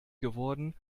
geworden